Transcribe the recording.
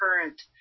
current